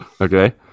okay